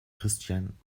christian